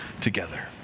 together